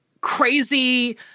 crazy